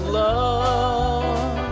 love